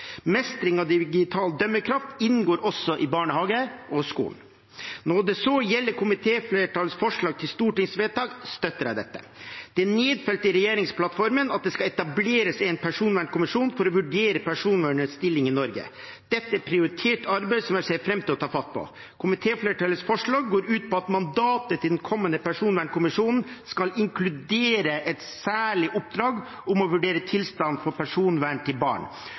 Mestring av digital dømmekraft inngår også i barnehager og i skoler. Når det så gjelder komitéflertallets forslag til stortingsvedtak, støtter jeg dette. Det er nedfelt i regjeringsplattformen at det skal etableres en personvernkommisjon for å vurdere personvernets stilling i Norge. Dette er prioritert arbeid, som jeg ser frem til å ta fatt på. Komitéflertallets forslag til vedtak går ut på at mandatet til den kommende personvernkommisjonen skal inkludere et særlig oppdrag om å vurdere tilstanden for personvernet til barn